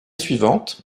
suivante